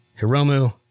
Hiromu